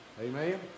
Amen